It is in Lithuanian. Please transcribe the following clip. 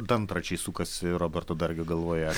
dantračiai sukasi roberto dargio galvoje